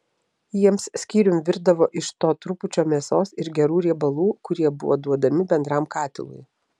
jiems skyrium virdavo iš to trupučio mėsos ir gerų riebalų kurie buvo duodami bendram katilui